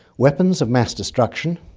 weapons of mass destruction,